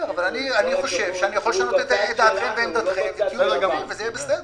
אבל אני חושב שאני יכול לשנות את דעתכם ואת עמדתכם --- וזה יהיה בסדר.